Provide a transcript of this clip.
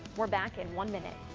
we're back in one minute.